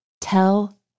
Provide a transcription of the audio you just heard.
tell